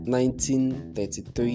1933